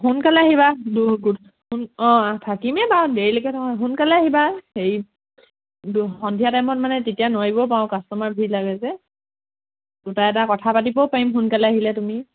সোনকালে আহিবা দূৰ অঁ থাকিমেই বাৰু দেৰিলৈকে নহয় সোনকালে আহিবা হেৰি সন্ধিয়া টাইমত মানে তেতিয়া নোৱাৰিবও পাৰোঁ কাষ্টমাৰ ভিৰ লাগে যে দুটা এটা কথা পাতিবও পাৰিম সোনকালে আহিলে তুমি